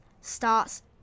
starts